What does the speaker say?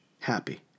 happy